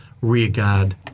rearguard